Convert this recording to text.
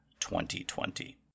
2020